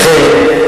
לכן,